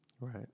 Right